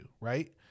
Right